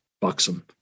buxom